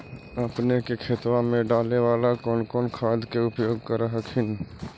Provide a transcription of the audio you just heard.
अपने के खेतबा मे डाले बाला कौन कौन खाद के उपयोग कर हखिन?